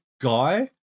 guy